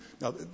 Now